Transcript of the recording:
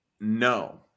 No